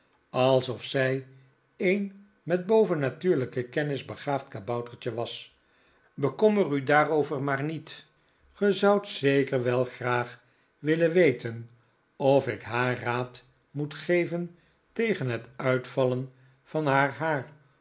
alsof zij een met bovennatuurlijke kennis begaafd kaboutertje was bekommer u daarover maar niet gij zoudt zeker wel graag willen weten of ik haar raad moet geven tegen het uitvallen van haar haar